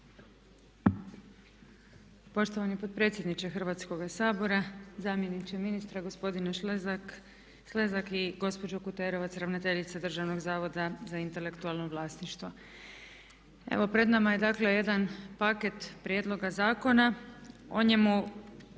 Poštovani potpredsjedniče Hrvatskoga sabora, zamjeniče ministra gospodine Šlezak i gospođo Kuterovac ravnateljice Državnog zavoda za intelektualno vlasništvo evo pred nama je dakle jedan paket prijedloga zakona. O njemu